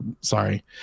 sorry